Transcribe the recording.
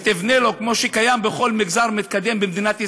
ותבנה לו כמו שקיים בכל מגזר מתקדם במדינת ישראל,